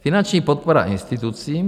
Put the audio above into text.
Finanční podpora institucím.